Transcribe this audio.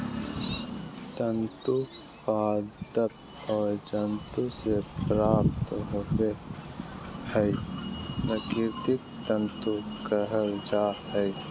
तंतु पादप और जंतु से प्राप्त होबो हइ प्राकृतिक तंतु कहल जा हइ